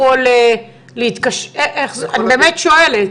אני באמת שואלת.